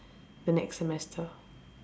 the next semester